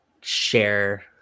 share